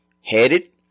headed